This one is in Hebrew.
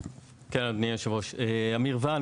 אני אמיר ונג,